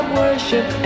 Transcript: worship